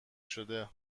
شده